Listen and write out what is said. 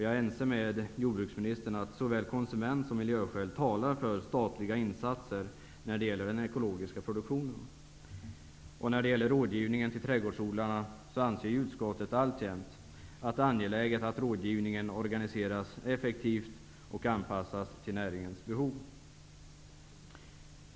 Jag är ense med jordbruksministern om att såväl konsumentintressen som miljöskäl talar för statliga insatser för den ekologiska produktionen. Utskottet anser alltjämt att det är angeläget att rådgivningen till trädgårdsodlarna organsieras effektivt och anpassas till näringens behov.